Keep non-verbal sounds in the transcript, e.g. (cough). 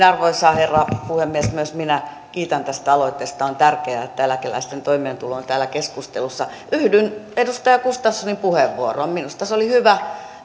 (unintelligible) arvoisa herra puhemies myös minä kiitän tästä aloitteesta on tärkeää että eläkeläisten toimeentulo on täällä keskustelussa yhdyn edustaja gustafssonin puheenvuoroon minusta se oli hyvä (unintelligible)